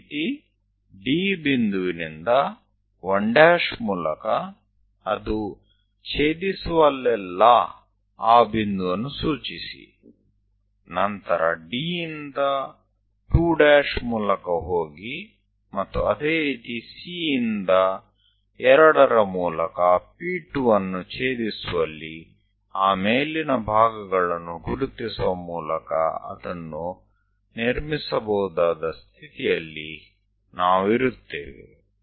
ಅದೇ ರೀತಿ D ಬಿಂದುವಿನಿಂದ 1 ಮೂಲಕ ಅದು ಛೇದಿಸುವಲ್ಲೆಲ್ಲಾ ಆ ಬಿಂದುವನ್ನು ಸೂಚಿಸಿ ನಂತರ D ಯಿಂದ 2 ' ಮೂಲಕ ಹೋಗಿ ಮತ್ತು ಅದೇ ರೀತಿ C ಯಿಂದ 2 ರ ಮೂಲಕ P 2 ಅನ್ನು ಛೇದಿಸುವಲ್ಲಿ ಆ ಮೇಲಿನ ಭಾಗಗಳನ್ನು ಗುರುತಿಸುವ ಮೂಲಕ ಅದನ್ನು ನಿರ್ಮಿಸಬಹುದಾದ ಸ್ಥಿತಿಯಲ್ಲಿ ನಾವು ಇರುತ್ತೇವೆ